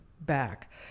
back